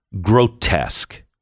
grotesque